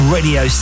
Radio